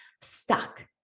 stuck